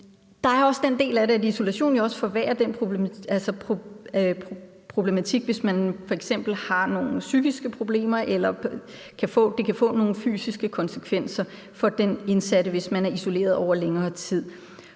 Der er også den del, der handler om, at isolation jo også forværrer den problematik, hvis den indsatte har nogle psykiske problemer, eller det kan få nogle fysiske konsekvenser for den indsatte, hvis den indsatte er isoleret over længere tid.